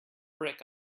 brick